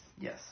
Yes